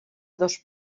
dos